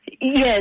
Yes